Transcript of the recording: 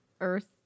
Earth